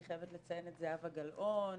אני חייבת לציין את זהבה גלאון,